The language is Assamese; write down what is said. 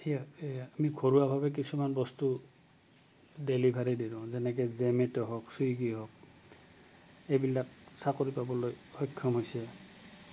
সেয়া আমি ঘৰুৱাভাৱে কিছুমান বস্তু ডেলিভাৰী দি দিওঁ যেনেকে জেমেট' হওক চুইগি হওক এইবিলাক চাকৰি পাবলৈ সক্ষম হৈছে